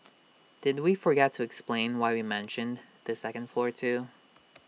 did we forget to explain why we mentioned the second floor too